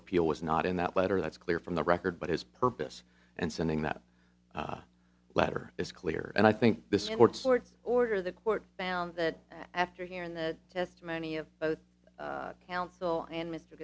appeal was not in that letter that's clear from the record but his purpose and sending that letter is clear and i think this court sorts order the court found that after hearing the testimony of both counsel and mr